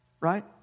Right